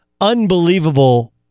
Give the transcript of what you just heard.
unbelievable